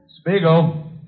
Spiegel